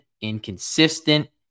inconsistent